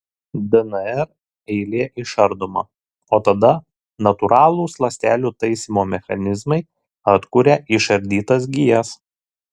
dnr eilė išardoma o tada natūralūs ląstelių taisymo mechanizmai atkuria išardytas gijas